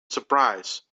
surprise